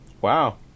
Wow